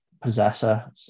possessor